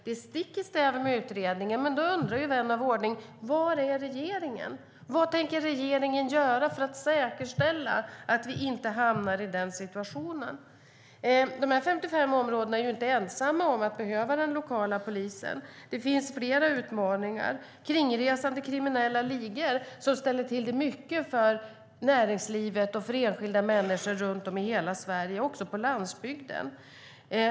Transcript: Det är stick i stäv med utredningen, och då undrar ju vän av ordning: Var är regeringen? Vad tänker regeringen göra för att säkerställa att vi inte hamnar i den situationen? De här 55 områdena är inte ensamma om att behöva den lokala polisen. Det finns fler utmaningar. Kringresande kriminella ligor ställer till det mycket för näringslivet och för enskilda människor runt om i hela Sverige, också på landsbygden.